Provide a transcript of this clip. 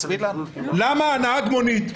למה נהג המונית,